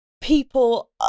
people